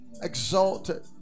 exalted